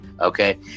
okay